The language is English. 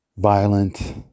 violent